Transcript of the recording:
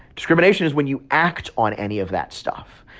discrimination is when you act on any of that stuff.